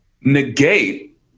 negate